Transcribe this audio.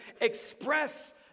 express